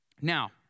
Now